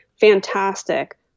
fantastic